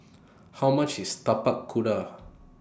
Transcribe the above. How much IS Tapak Kuda